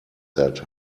that